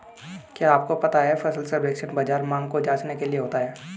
क्या आपको पता है फसल सर्वेक्षण बाज़ार मांग को जांचने के लिए होता है?